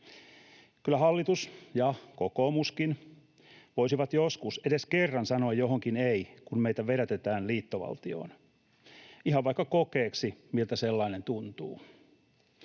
Kyllä hallitus ja kokoomuskin voisivat joskus, edes kerran, sanoa johonkin ”ei”, kun meitä vedätetään liittovaltioon, ihan vaikka kokeeksi, miltä sellainen tuntuu.